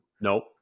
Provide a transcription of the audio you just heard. Nope